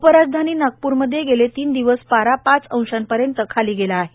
उपराजधानी नागपूरमध्ये गेले तीन दिवस पारा पाच अंशापर्यंत खाली गेला आहे